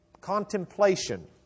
Contemplation